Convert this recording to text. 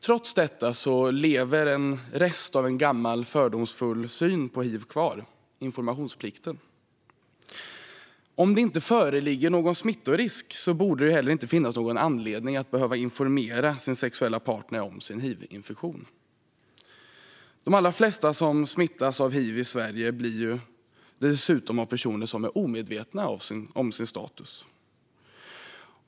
Trots detta lever en rest av en gammal fördomsfull syn på hiv kvar - informationsplikten. Om det inte föreligger någon smittorisk borde det heller inte finnas någon anledning att behöva informera sin sexuella partner om sin hivinfektion. De allra flesta som smittas av hiv i Sverige smittas dessutom av personer som är omedvetna om sin status.